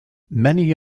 many